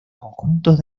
conjuntos